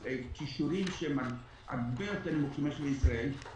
סמך כישורים שהם הרבה יותר נמוכים ממה שבישראל,